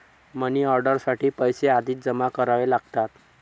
money order साठी पैसे आधीच जमा करावे लागतात